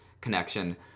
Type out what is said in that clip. connection